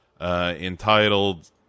entitled